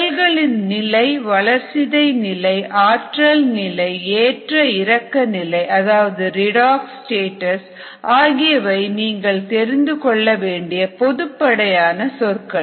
செல்களின் நிலை வளர்சிதை நிலை ஆற்றல் நிலை ஏற்ற இறக்க நிலை அதாவது ரிடாக்ஸ் ஸ்டேட்டஸ் ஆகியவை நீங்கள் தெரிந்து கொள்ளவேண்டிய பொதுப்படையான சொற்கள்